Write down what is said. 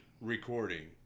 recording